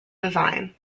design